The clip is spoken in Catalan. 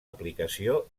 aplicació